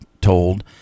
told